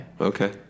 Okay